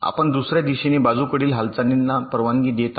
आपण दुसर्या दिशेने बाजूकडील हालचालींना परवानगी देत आहेत